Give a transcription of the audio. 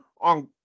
on